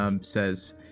says